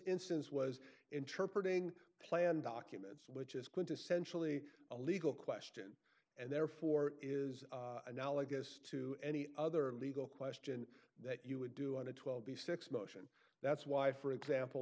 instance was interpreted in plan documents which is quintessentially a legal question and therefore is analogous to any other legal question that you would do on a twelve b six motion that's why for example